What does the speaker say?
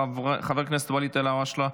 חבר הכנסת ואליד אלהואשלה,